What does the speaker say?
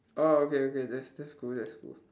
orh okay okay that's that's cool that's cool